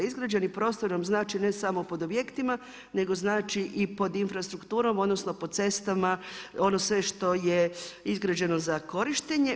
Izgrađeni prostor vam znači ne samo pod objektima, nego znači i pod infrastrukturom, odnosno po cestama ono sve što je izgrađeno za korištenje.